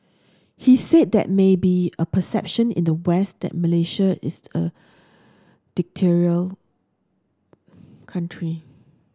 he said there may be a perception in the West that Malaysia is a dictatorial country